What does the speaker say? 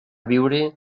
viure